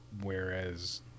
whereas